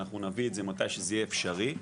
אנחנו נביא את זה מתי שזה יהיה אפשרי,